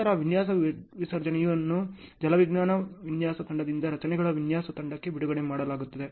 ನಂತರ ವಿನ್ಯಾಸ ವಿಸರ್ಜನೆಯನ್ನು ಜಲವಿಜ್ಞಾನ ವಿನ್ಯಾಸ ತಂಡದಿಂದ ರಚನೆಗಳ ವಿನ್ಯಾಸ ತಂಡಕ್ಕೆ ಬಿಡುಗಡೆ ಮಾಡಲಾಗುತ್ತದೆ